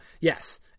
Yes